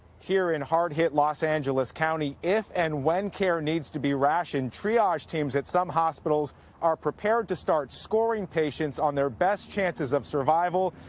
here, in hard-hit los angeles county, if, and when, care needs to be rationed, triage teams at some hospitals are prepared to start scoring patients on their best chances of survival.